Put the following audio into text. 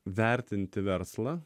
vertinti verslą